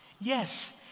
Yes